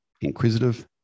inquisitive